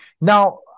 Now